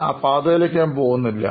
ആ പാതയിലേക്ക് ഞാൻ പോകുന്നില്ല